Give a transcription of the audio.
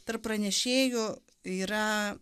tarp pranešėjų yra